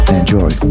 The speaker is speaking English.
enjoy